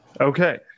Okay